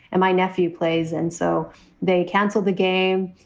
and my nephew plays. and so they cancelled the game.